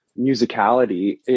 musicality